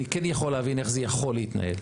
אני כן יכול להבין איך זה יכול להתנהל.